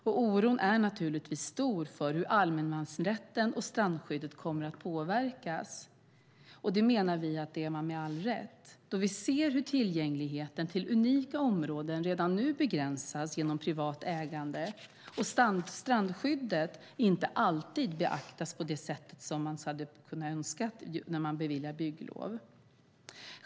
Oron är naturligtvis stor för hur allemansrätten och strandskyddet kommer att påverkas. Vi menar att man är det med all rätt då vi ser hur tillgängligheten till unika områden redan nu begränsas genom privat ägande och att strandskyddet inte alltid beaktas på det sätt som man hade kunnat önska när bygglov beviljas.